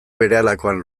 berehalakoan